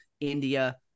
India